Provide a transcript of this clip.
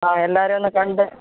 ആ എല്ലാരെയും ഒന്നു കണ്ട്